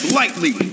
lightly